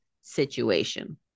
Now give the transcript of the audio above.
situation